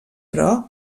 però